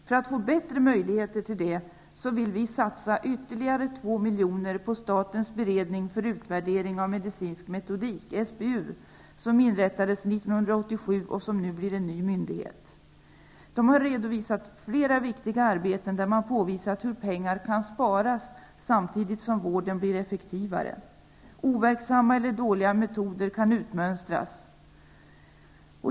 För att få bättre möjligheter till det, vill vi satsa ytterligare 2 miljoner på statens beredning för utvärdering av medicinsk metodik -- SBU -- som inrättades 1987 och som nu blir en ny myndighet. SBU har redovisat flera viktiga arbeten där man har påvisat hur pengar kan sparas samtidigt som vården blir effektivare. Overksamma eller dåliga metoder kan utmönstras.